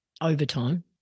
overtime